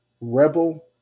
Rebel